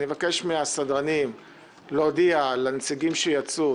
אני מבקש מהסדרנים להודיע לנציגים שיצאו,